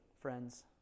friends